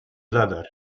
zadar